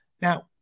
Now